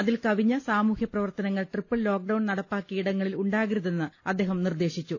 അതിൽകവിഞ്ഞ സാമൂഹ്യ പ്രവർത്തനങ്ങൾ triple lockdown നടപ്പാക്കിയ ഇടങ്ങളിൽ ഉണ്ടാകരുതെന്ന് അദ്ദേഹം നിർദ്ദേശിച്ചു